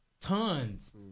tons